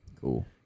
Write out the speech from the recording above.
Cool